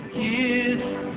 kiss